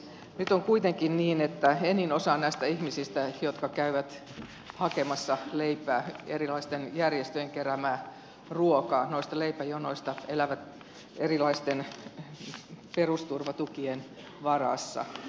nyt on kuitenkin niin että enin osa näistä ihmisistä jotka käyvät hakemassa leipää ja erilaisten järjestöjen keräämää ruokaa noista leipäjonoista elää erilaisten perusturvatukien varassa